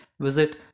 visit